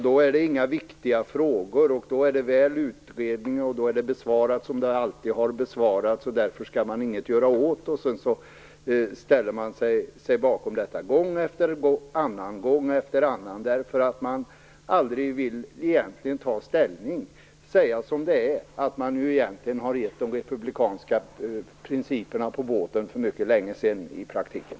Då är det inga viktiga frågor, då är det väl utrett och besvarat som det alltid har besvarats. Därför skall man inget göra åt det. Man ställer sig bakom detta gång efter annan, därför att man aldrig egentligen vill ta ställning och säga som det är: att man i praktiken har gett de republikanska principerna på båten för mycket länge sedan.